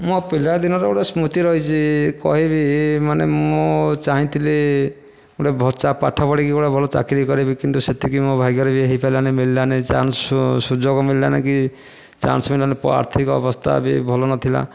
ମୋ ପିଲାଦିନର ଗୋଟେ ସ୍ମୃତି ରହିଛି କହିବି ମାନେ ମୁଁ ଚାହିଁଥିଲି ଗୋଟେ ପାଠ ପଢ଼ିକି ଗୋଟେ ଭଲ ଚାକିରୀ କରିବି କିନ୍ତୁ ସେତିକି ମୋ ଭାଗ୍ୟରେ ହୋଇପାରିଲା ନାହିଁ ମିଳିଲା ନାହିଁ ସେ ଚାନ୍ସ ସୁଯୋଗ ମିଳିଲା ନାହିଁ କି ଚାନ୍ସ ମିଳିଲାନି ଆର୍ଥିକ ଅବସ୍ଥା ବି ଭଲ ନଥିଲା